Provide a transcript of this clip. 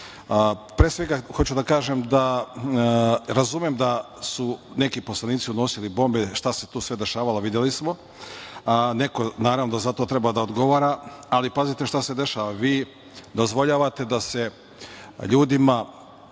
Pre svega, hoću da kažem da razumem da su neki poslanici unosili bombe, šta se tu sve dešavalo, videli smo. Neko za to treba da odgovara. Pazite šta se dešava. Vi dozvoljavate da se ljudima,